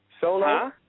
Solo